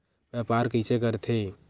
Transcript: व्यापार कइसे करथे?